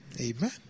Amen